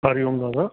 हरिओम दादा